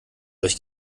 euch